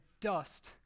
dust